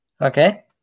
Okay